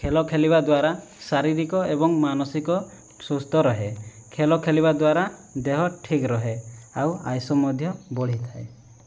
ଖେଳ ଖେଳିବା ଦ୍ଵାରା ଶାରୀରିକ ଏବଂ ମାନସିକ ସୁସ୍ଥ ରହେ ଖେଳ ଖେଳିବା ଦ୍ଵାରା ଦେହ ଠିକ୍ ରହେ ଆଉ ଆୟୁଷ ମଧ୍ୟ ବଢ଼ିଥାଏ